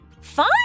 Fine